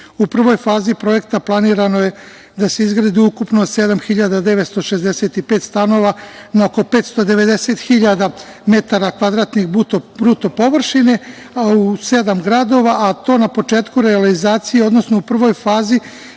U prvoj fazi projekta planirano je da se izgradi ukupno 7.965 stanova na oko 590.000 metara kvadratnih bruto površine u sedam gradova, a to na početku realizacije, odnosno u prvoj fazi